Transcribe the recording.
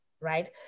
right